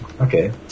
Okay